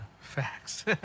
Facts